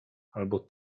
albo